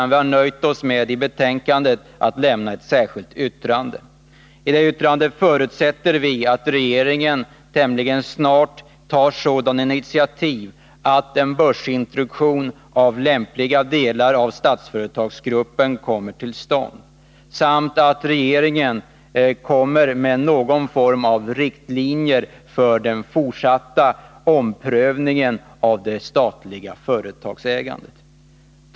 Vi har nöjt oss med att lämna ett särskilt yttrande i betänkandet. I det yttrandet förutsätter vi att regeringen tämligen snart tar sådana initiativ att en börsintroduktion av lämpliga delar av Statsföretagsgruppen kommer till stånd samt att regeringen lämnar förslag till någon form av riktlinjer för den fortsatta omprövningen av statligt företagsägande.